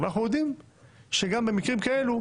אבל אנחנו יודעים שגם במקרים כאלו,